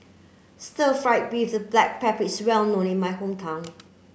stir fried beef with black pepper is well known in my hometown